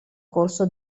corso